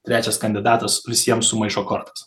trečias kandidatas visiem sumaišo kortas